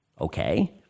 okay